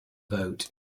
vote